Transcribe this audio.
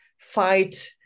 fight